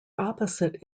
opposite